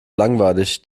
langweilig